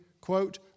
quote